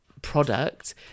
product